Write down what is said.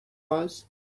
was